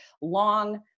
long